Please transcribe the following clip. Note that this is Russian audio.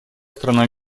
страна